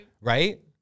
right